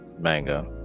manga